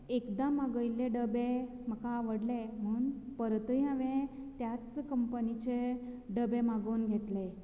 एकदां मागयल्ले डबे म्हाका आवडले म्हणून परतय हांवे त्याच कंपनीचे डबे मागोवन घेतले